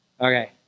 Okay